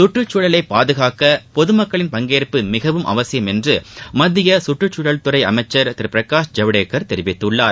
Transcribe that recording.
சுற்றுச்சூழலை பாதுகாக்க பொதுமக்களின் பங்கேற்பு மிகவும் அவசியம் என்று மத்திய சுற்றுச்சூழல் துறை அமைச்சர் திரு பிரகாஷ் ஜவ்டேகர் தெரிவித்துள்ளார்